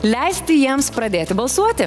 leisti jiems pradėti balsuoti